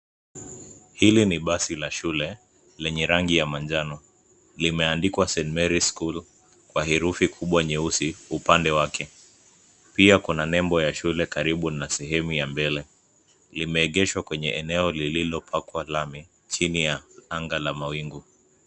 Hili ni basi la shule lenye rangi ya manjano. Limeandikwa St. Mary's School kwa herufi kubwa nyeusi upande wake. Pia kuna nembo ya shule karibu na sehemu ya mbele. Limeegeshwa kwenye eneo lililopakwa lami chini ya anga la mawingu.